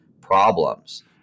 problems